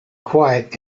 quiet